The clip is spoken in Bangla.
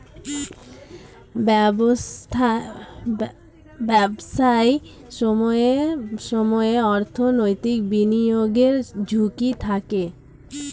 ব্যবসায় সময়ে সময়ে অর্থনৈতিক বিনিয়োগের ঝুঁকি থাকে